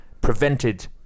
prevented